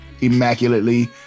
immaculately